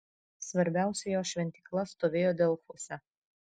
svarbiausia jo šventykla stovėjo delfuose